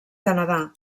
canadà